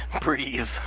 Breathe